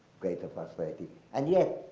greater prosperity. and yet,